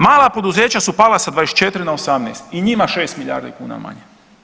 Mala poduzeća su pala sa 24 na 18 i njima 6 milijardi kuna manje.